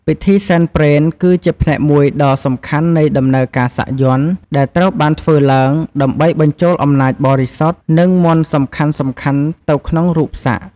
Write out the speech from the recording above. ពិធីសែនព្រេន គឺជាផ្នែកមួយដ៏សំខាន់នៃដំណើរការសាក់យ័ន្ត ដែលត្រូវបានធ្វើឡើង ដើម្បីបញ្ចូលអំណាចបរិសុទ្ធ និងមន្តសំខាន់ៗទៅក្នុងរូបសាក់។